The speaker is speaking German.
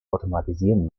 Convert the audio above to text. automatisieren